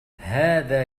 هذا